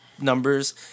numbers